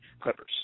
Clippers